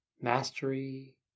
Mastery